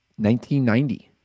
1990